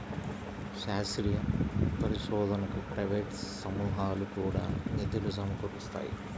శాస్త్రీయ పరిశోధనకు ప్రైవేట్ సమూహాలు కూడా నిధులు సమకూరుస్తాయి